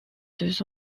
deux